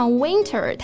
winter